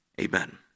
amen